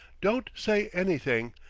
don't say anything.